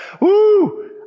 Woo